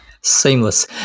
Seamless